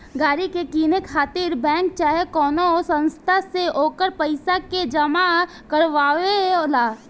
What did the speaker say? गाड़ी के किने खातिर बैंक चाहे कवनो संस्था से ओकर पइसा के जामा करवावे ला